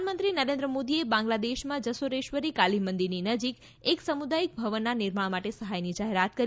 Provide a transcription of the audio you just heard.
પ્રધાનમંત્રી નરેન્દ્ર મોદીએ બાંગ્લાદેશમાં જશોરેશ્વરી કાલી મંદિરની નજીક એક સમુદાયિક ભવનના નિર્માણ માટે સહાયની જાહેરાત કરી